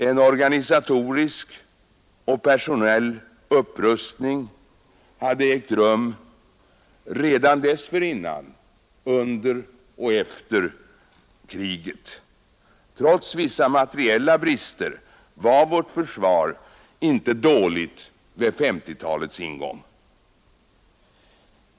En organisatorisk personalupprustning hade ägt rum redan dessförinnan under och efter kriget. Trots vissa materiella brister var vårt försvar inte dåligt vid 1950-talets ingång.